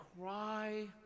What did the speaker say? cry